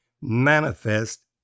manifest